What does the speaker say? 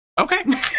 okay